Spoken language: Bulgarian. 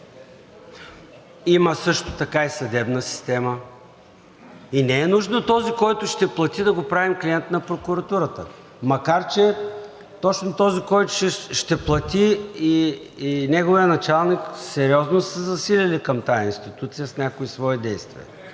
Има също така и съдебна система. Не е нужно този, който ще плати, да го правим клиент на прокуратурата. Макар че точно този, който ще плати, и неговият началник сериозно са се засилили към тази институция с някои свои действия.